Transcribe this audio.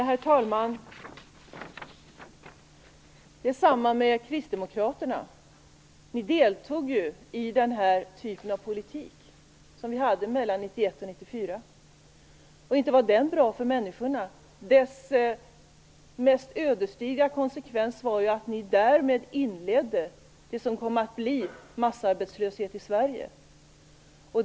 Herr talman! Det är samma med Kristdemokraterna. Ni deltog ju i denna typ av politik mellan 1991 och 1994. Inte var den bra för människorna. Dess mest ödesdigra konsekvens var ju att ni därmed inledde det som kom att bli massarbetslöshet i Sverige.